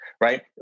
right